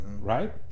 right